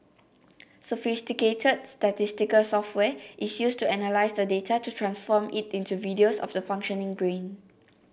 sophisticated statistical software is used to analyse the data to transform it into videos of the functioning brain